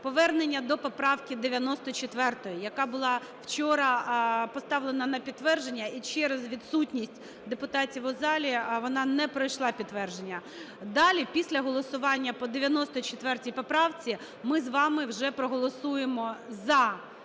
Повернення до поправки 94, яка була вчора поставлена на підтвердження і через відсутність депутатів у залі вона не пройшла підтвердження. Далі, після голосування по 94 поправці, ми з вами вже проголосуємо за